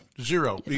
zero